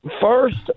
first